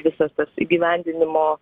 visas tas įgyvendinimo